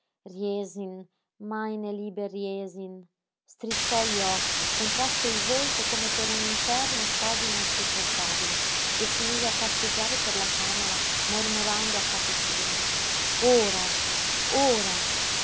aggiunse riesin meine liebe riesin strizzò gli occhi contrasse il volto come per un interno spasimo insopportabile e si mise a passeggiare per la camera mormorando a capo chino ora ora